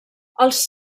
els